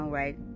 right